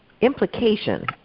implication